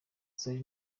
zari